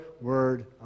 Word